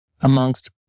amongst